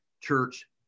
church